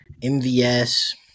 MVS